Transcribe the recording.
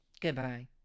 Goodbye